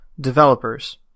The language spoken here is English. developers